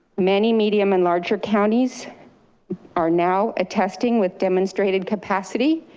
many medium and larger counties are now attesting with demonstrated capacity.